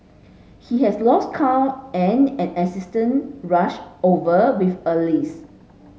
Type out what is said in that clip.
he has lost count and an assistant rush over with a list